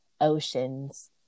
Oceans